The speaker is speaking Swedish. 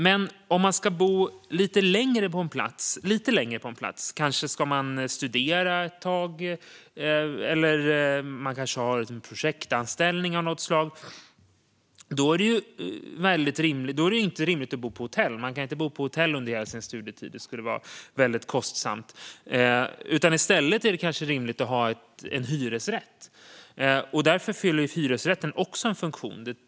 Men om man ska bo lite längre på en plats - man kanske ska studera ett tag eller har en projektanställning av något slag - är det inte rimligt att bo på hotell. Man kan inte bo på hotell under hela sin studietid, för det skulle vara väldigt kostsamt. I stället är det kanske rimligt att ha en hyresrätt. Därför fyller hyresrätten också en funktion.